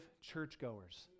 churchgoers